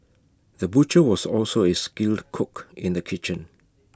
the butcher was also A skilled cook in the kitchen